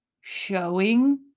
showing